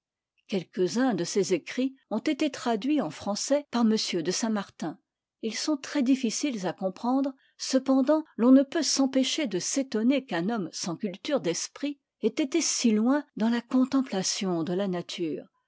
quelques-uns de ses écrits ont été traduits en français par m de saintmartin ils sont très difficites à comprendre cependant l'on ne peut s'empêcher de s'étonner qu'un homme sans culture d'esprit ait été si loin dans la contemplation de la nature